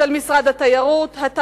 של משרד התיירות, התמ"ת,